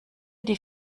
die